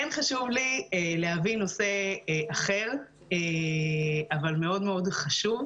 כן חשוב לי להביא נושא אחר אבל מאוד מאוד חשוב,